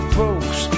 folks